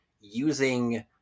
using